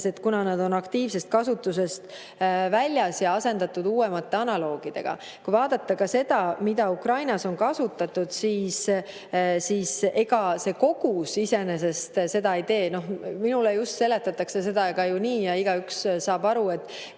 kuna nad on juba aktiivsest kasutusest väljas ja asendatud uuemate analoogidega. Kui vaadata ka seda, mida Ukrainas on kasutatud, siis ega see kogus iseenesest seda kõike ei tee. Minule seletatakse seda nii, igaüks saab sellest